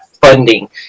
funding